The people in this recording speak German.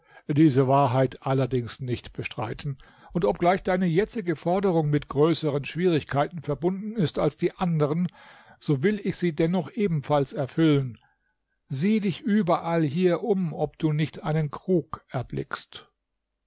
diese wahrheit allerdings nicht bestreiten und obgleich deine jetzige forderung mit größeren schwierigkeiten verbunden ist als die andern so will ich sie dennoch ebenfalls erfüllen sieh dich überall hier um ob du nicht einen krug erblickst